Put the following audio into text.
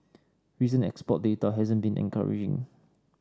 recent export data hasn't been encouraging